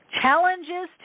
Challenges